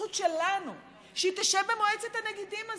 הזכות שלנו שהיא תשב במועצת הנגידים הזו.